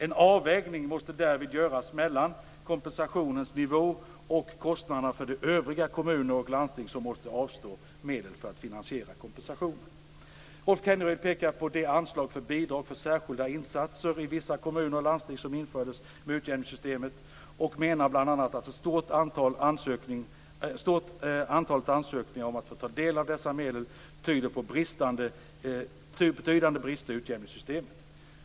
En avvägning måste därvid göras mellan kompensationens nivå och kostnaderna för övriga kommuner och landsting som måste avstå medel för att finansiera kompensationen. Rolf Kenneryd pekar på det anslag för bidrag för särskilda insatser i vissa kommuner och landsting som infördes i och med utjämningssystemet och menar bl.a. att det stora antalet ansökningar om att få ta del av dessa medel tyder på betydande brister i utjämningssystemet.